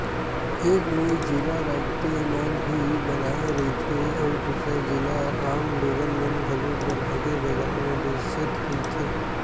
एक नोई जेला राउते मन ही बनाए रहिथे, अउ दूसर जेला आम लोगन मन घलोक बनाके बजार म बेचत रहिथे